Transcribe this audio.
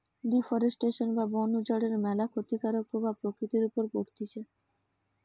deforestation বা বন উজাড়ের ম্যালা ক্ষতিকারক প্রভাব প্রকৃতির উপর পড়তিছে